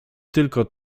tylko